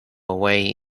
away